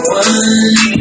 one